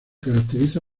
caracteriza